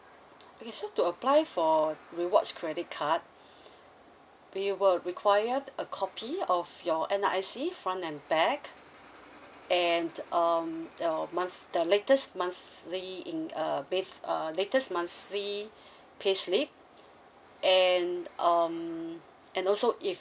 okay so to apply for rewards credit card we will require a copy of your N_R_I_C front and back and um your month the latest monthly in uh with uh latest monthly payslip and um and also if